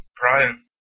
Brian